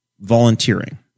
volunteering